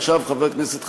עכשיו חבר הכנסת חנין,